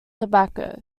tobacco